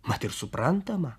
mat ir suprantama